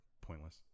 pointless